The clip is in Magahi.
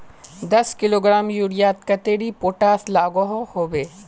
दस किलोग्राम यूरियात कतेरी पोटास लागोहो होबे?